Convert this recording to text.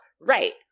Right